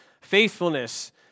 faithfulness